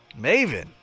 Maven